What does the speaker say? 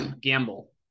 gamble